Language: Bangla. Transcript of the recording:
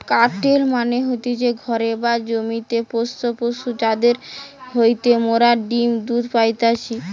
কাটেল মানে হতিছে ঘরে বা জমিতে পোষ্য পশু যাদির হইতে মোরা ডিম্ দুধ পাইতেছি